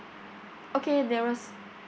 okay nearest